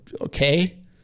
okay